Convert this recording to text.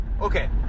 okay